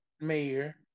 mayor